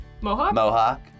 Mohawk